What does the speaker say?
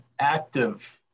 active